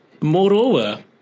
moreover